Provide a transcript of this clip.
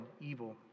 evil